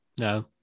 No